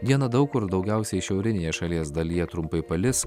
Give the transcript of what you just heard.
dieną daug kur daugiausiai šiaurinėje šalies dalyje trumpai palis